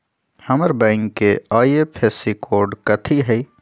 हमर बैंक के IFSC code कथि हई?